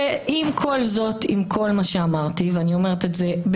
ואת השקר הזה תמשיכו להגיד,